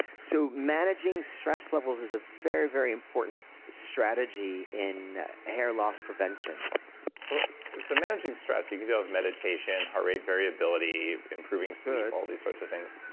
so managing stress levels is a very, very important strategy in hair loss prevention so so managing stress, you can tell with meditation, heart rate variability, improving sleep all these sorts of things.